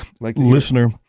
Listener